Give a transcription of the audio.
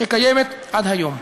שקיימת עד היום.